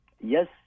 Yes